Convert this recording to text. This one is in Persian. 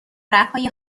رگهای